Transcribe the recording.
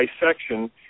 dissection